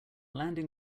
landing